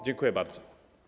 Dziękuję bardzo.